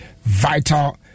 vital